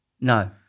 No